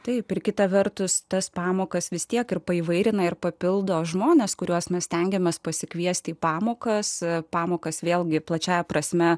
taip ir kita vertus tas pamokas vis tiek ir paįvairina ir papildo žmonės kuriuos mes stengiamės pasikviesti į pamokas pamokas vėlgi plačiąja prasme